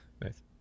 Nice